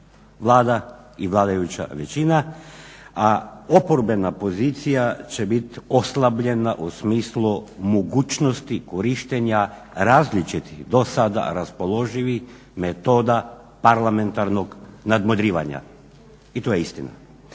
Vlada i vladajuća većina, a oporbena pozicija će biti oslabljena u smislu mogućnosti korištenja različitih dosada raspoloživih metoda parlamentarnog nadmudrivanja. I to je istina.